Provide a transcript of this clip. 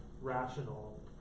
rational